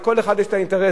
לכל אחד יש האינטרסים,